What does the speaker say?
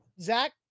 Zach